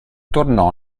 tornò